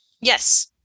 Yes